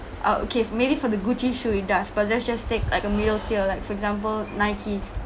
oh okay maybe for the gucci shoe it does but let's just take like a middle tier like for example nike